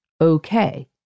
Okay